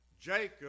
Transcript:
Jacob